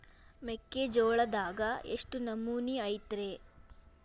ಮೆಕ್ಕಿಜೋಳದಾಗ ಎಷ್ಟು ನಮೂನಿ ಐತ್ರೇ?